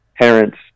parents